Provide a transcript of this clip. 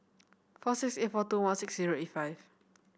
four six eight four two one six zero eight five